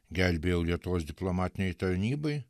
gelbėjau lietuvos diplomatinei tarnybai